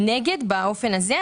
נגד באופן הזה.